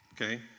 okay